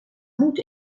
moed